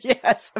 Yes